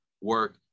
work